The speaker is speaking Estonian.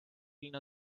linna